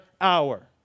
hour